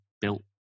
built